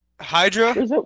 Hydra